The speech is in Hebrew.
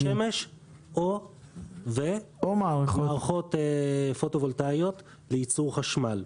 דודי שמש או/ו מערכות פוטו-וולטאיות לייצור חשמל.